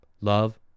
Love